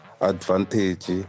advantage